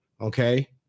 Okay